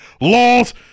Laws